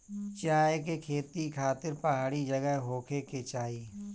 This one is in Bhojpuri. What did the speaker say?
चाय के खेती खातिर पहाड़ी जगह होखे के चाही